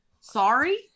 Sorry